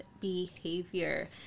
behavior